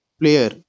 player